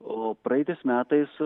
o praeitais metais